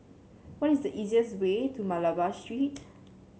what is the easiest way to Malabar Street